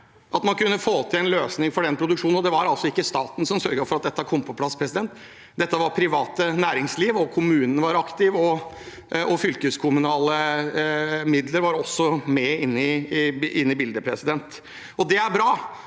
at man kunne få til en løsning for den produksjonen. Det var altså ikke staten som sørget for at dette kom på plass; det var privat næringsliv, kommunen var aktiv, og fylkeskommunale midler var også med i bildet. Det er bra,